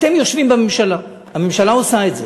אתם יושבים בממשלה, הממשלה עושה את זה.